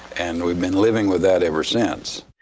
and we've been living with that ever since.